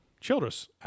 Childress